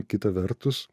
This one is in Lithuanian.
kita vertus